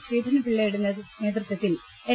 ശ്രീധരൻ പിള്ളയുടെ നേതൃത്വത്തിൽ എൻ